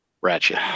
Ratchet